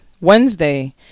Wednesday